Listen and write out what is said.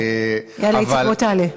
איציק, בוא תעלה.